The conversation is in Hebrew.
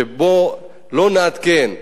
ובוא לא נעדכן,